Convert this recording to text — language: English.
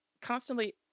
constantly